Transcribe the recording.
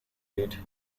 lead